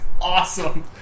awesome